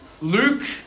Luke